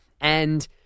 And-